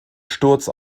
sturz